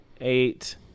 eight